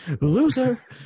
loser